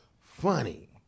funny